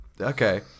Okay